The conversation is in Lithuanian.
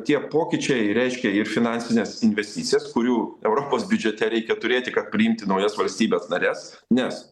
tie pokyčiai reiškia ir finansines investicijas kurių europos biudžete reikia turėti kad priimti naujas valstybes nares nes